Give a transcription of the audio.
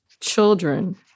children